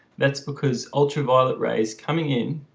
that's because ultraviolet rays coming in